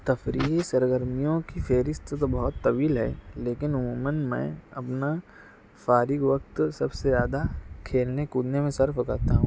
تفریحی سرگرمیوں کی فہرست تو بہت طویل ہے لیکن عموماً میں اپنا فارغ وقت سب سے زیادہ کھیلنے کودنے میں صرف کرتا ہوں